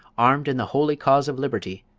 armed in the holy cause of liberty,